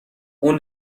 اون